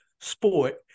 sport